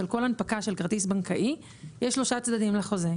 על כל הנפקה של כרטיס בנקאי יש שלושה צדדים לחוזה,